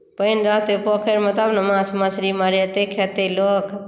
पानि रहतै पोखरिमे तब ने माछ मछरी मरेतै खेतै लोक